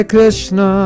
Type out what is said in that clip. Krishna